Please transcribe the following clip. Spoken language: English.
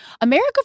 America